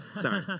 Sorry